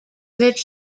that